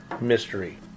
mystery